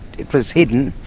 it was hidden,